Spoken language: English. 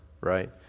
right